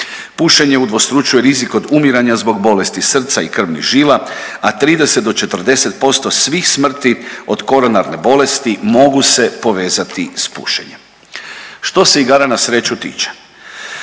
Pušenje udvostručuje rizik od umiranja zbog bolesti srca i krvnih žila, a 30 do 40% svih smrti od koronarne bolesti mogu se povezati s pušenjem. Što se igara na sreću tiče,